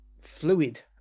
fluid